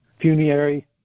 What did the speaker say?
funerary